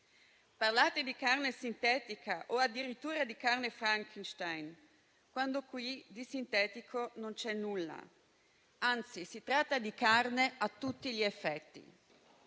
Parlate di carne sintetica o addirittura di "carne Frankenstein", quando qui di sintetico non c'è nulla; anzi, si tratta di carne a tutti gli effetti.